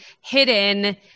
hidden